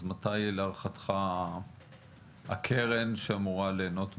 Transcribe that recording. אז מתי להערתך הקרן שאמורה ליהנות מזה,